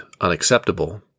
unacceptable